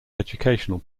educational